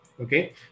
Okay